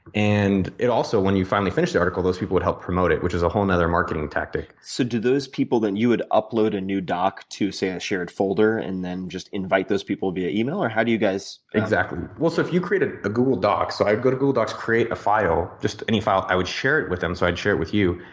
and it also, when you finally finish the article those people would help promote it, which is a whole and other marketing tactic. so those people then you would upload a new doc to say a shared folder and then just invite those people via email? or how do you guys exactly well, so if you create a a google doc so i go to google docs and create a file, just any file i would share it with them so i would share it with you.